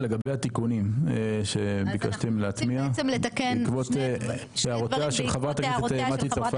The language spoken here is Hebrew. לגבי התיקונים שביקשתם להטמיע בעקבות הערותיה של חברת הכנסת מטי צרפתי.